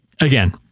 again